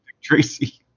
Tracy